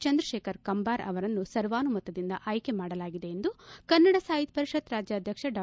ಚಂದ್ರಶೇಖರ ಕಂಬಾರ ಅವರನ್ನು ಸರ್ವಾನುಮತದಿಂದ ಆಯ್ಲಿ ಮಾಡಲಾಗಿದೆ ಎಂದು ಕನ್ನಡ ಸಾಹಿತ್ಯ ಪರಿಷತ್ ರಾಜ್ಯಾಧ್ಯಕ್ಷ ಡಾ